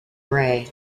rae